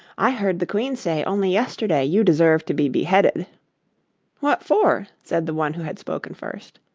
i heard the queen say only yesterday you deserved to be beheaded what for said the one who had spoken first.